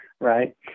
right